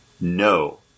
No